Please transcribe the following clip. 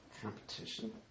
competition